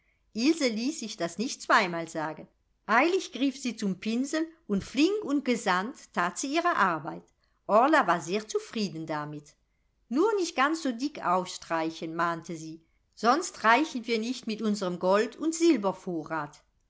ilse ließ sich das nicht zweimal sagen eilig griff sie zum pinsel und flink und gesandt that sie ihre arbeit orla war sehr zufrieden damit nur nicht ganz so dick aufstreichen mahnte sie sonst reichen wir nicht mit unsrem gold und silbervorrat